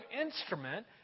instrument